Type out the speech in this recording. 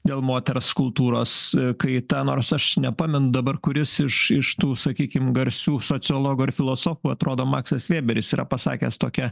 dėl moters kultūros kaita nors aš nepamenu dabar kuris iš iš tų sakykim garsių sociologų ir filosofų atrodo maksas vėberis yra pasakęs tokią